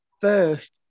first